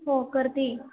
हो करते